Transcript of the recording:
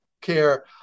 care